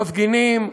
מפגינים,